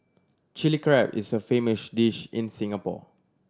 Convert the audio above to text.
Chilli Crab is a famous dish in Singapore